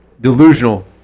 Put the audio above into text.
Delusional